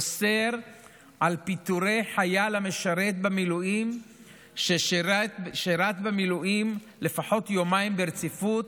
אוסר פיטורי חייל המשרת במילואים ששירת במילואים לפחות יומיים ברציפות